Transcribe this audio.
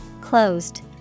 Closed